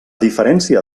diferència